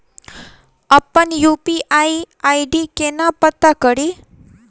अप्पन UPI ID केना पत्ता कड़ी?